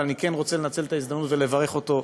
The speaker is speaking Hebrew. אבל אני כן רוצה לנצל את ההזדמנות ולברך אותו,